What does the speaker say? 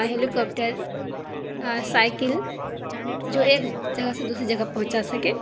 helicopter cycle جو ایک جگہ سے دوسری جگہ پہنچا سکے